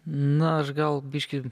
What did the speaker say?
na aš gal biškį